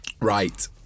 right